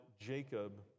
Jacob